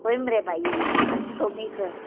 पळय मरे भाई मात्शें कमी कर